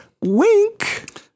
Wink